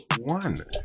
one